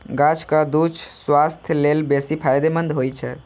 गाछक दूछ स्वास्थ्य लेल बेसी फायदेमंद होइ छै